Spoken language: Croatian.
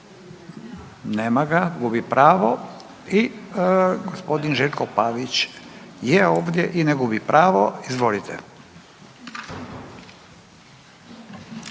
nema ga, gubi pravo. I g. Željko Pavić je ovdje i ne gubi pravo. Izvolite.